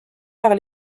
par